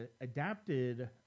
adapted